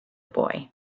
boy